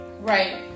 Right